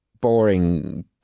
boring